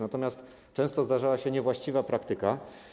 Natomiast często zdarzały się niewłaściwe praktyki.